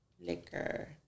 liquor